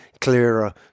clearer